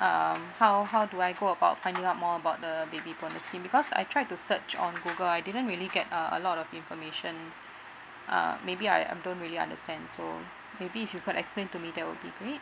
um how how do I go about finding out more about the baby bonus scheme because I tried to search on google I didn't really get a a lot of information uh maybe I don't really understand so maybe if you could explain to me that will be great